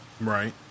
right